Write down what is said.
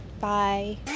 Bye